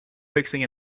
fixing